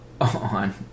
on